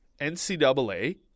NCAA